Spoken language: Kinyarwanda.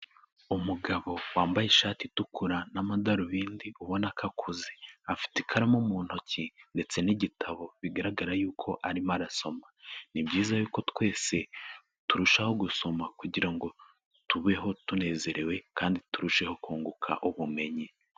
Umugabo wambaye ishati itukura n'amadarubindi ubona ko akuze. Afite ikaramu mu ntoki ndetse n'igitabo bigaragara y'uko arimo arasoma. Ni byiza ko twese turushaho gusoma kugira ngo tubeho tunezerewe kandi turusheho kunguka ubumenyi.